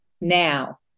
Now